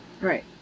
Right